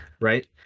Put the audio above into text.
right